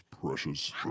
precious